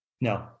No